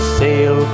sail